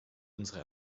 unsere